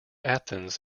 athens